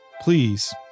please